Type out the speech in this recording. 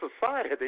society